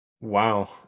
wow